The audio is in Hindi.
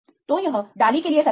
तो यह डाली के लिए सर्वर है